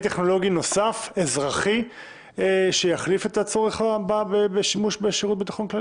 טכנולוגי נוסף אזרחי שיחליף את הצורך בשימוש בשב"כ?